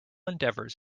endeavors